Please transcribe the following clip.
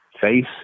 face